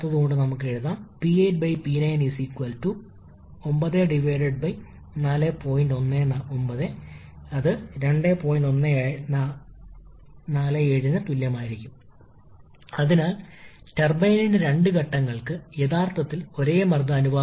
multi stage കംപ്രഷനായി നമ്മൾ നിങ്ങളിലേക്ക് പോകാൻ പോകുന്നു ഇപ്പോൾ നമ്മൾ പോയിന്റ് 1 മുതൽ എ വരെയും പിന്നീട് ബി മുതൽ ഡി വരെ ടിബിയും ടി 1 ഉം തുല്യമാണെന്ന് കരുതുന്നു